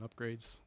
upgrades